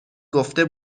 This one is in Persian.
گفته